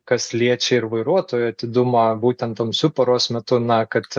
kas liečia ir vairuotojų atidumą būtent tamsiu paros metu na kad